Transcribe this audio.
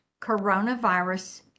coronavirus